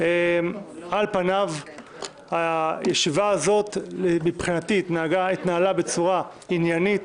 על פניו הישיבה הזאת מבחינתי התנהלה בצורה עניינית,